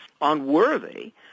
unworthy